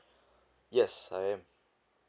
yes I am